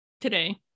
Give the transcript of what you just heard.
today